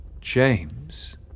James